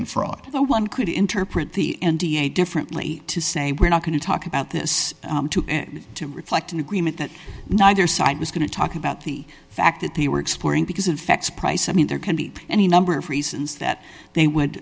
in fraud so one could interpret the n d a differently to say we're not going to talk about this to reflect an agreement that neither side was going to talk about the fact that they were exploring because it affects price i mean there can be any number of reasons that they would